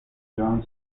john